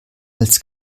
als